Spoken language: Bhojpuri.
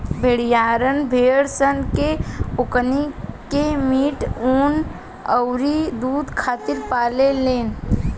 भेड़िहार भेड़ सन से ओकनी के मीट, ऊँन अउरी दुध खातिर पाले लेन